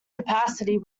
capacity